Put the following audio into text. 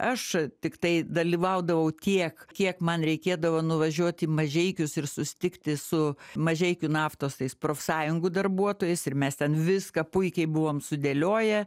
aš tiktai dalyvaudavau tiek kiek man reikėdavo nuvažiuoti į mažeikius ir susitikti su mažeikių naftos tais profsąjungų darbuotojais ir mes ten viską puikiai buvom sudėlioję